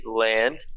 land